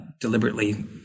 deliberately